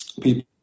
People